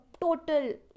total